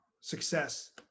Success